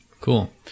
Cool